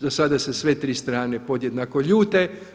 Za sada se sve tri strane podjednako ljute.